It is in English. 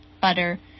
butter